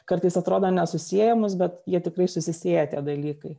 kartais atrodo nesusiejamus bet jie tikrai susisieja tie dalykai